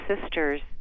sisters